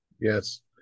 Yes